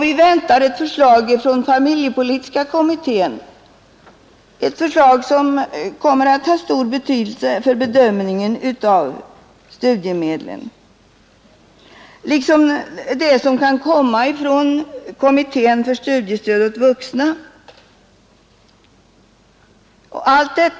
Vi väntar också ett förslag från familjepolitiska kommittén vilket kommer att ha stor betydelse för bedömningen av studiemedlen. Detta gäller också det resultat som kommittén för studiestöd åt vuxna kan komma fram till.